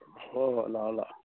ꯍꯣꯏ ꯍꯣꯏ ꯂꯥꯛꯑꯣ ꯂꯥꯛꯑꯣ